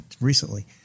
recently